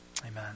amen